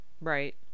Right